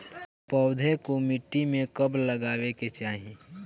पौधे को मिट्टी में कब लगावे के चाही?